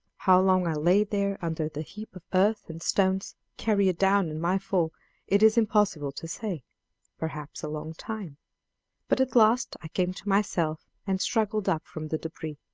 how long i lay there under the heap of earth and stones carried down in my fall it is impossible to say perhaps a long time but at last i came to myself and struggled up from the debris,